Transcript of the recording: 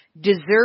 deserve